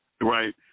right